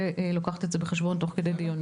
ולוקחת אותן בחשבון תוך כדי הדיונים